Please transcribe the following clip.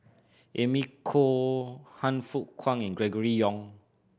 Amy Khor Han Fook Kwang and Gregory Yong